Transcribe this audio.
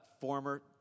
former